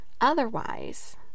Otherwise